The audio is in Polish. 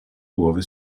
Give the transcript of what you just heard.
głowy